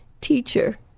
teacher